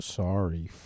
sorry